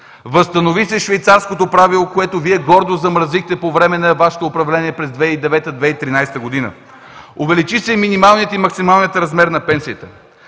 Възстанови се швейцарското правило, което Вие гордо замразихте по време на Вашето управление през 2009 – 2013 г. Увеличи се минималният и максималният размер на пенсиите.